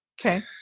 Okay